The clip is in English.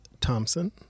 Thompson